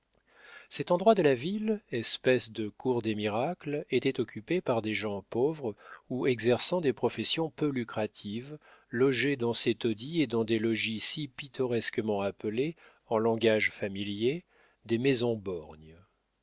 cet endroit de la ville espèce de cour des miracles était occupé par des gens pauvres ou exerçant des professions peu lucratives logés dans ces taudis et dans des logis si pittoresquement appelés en langage familier des maisons borgnes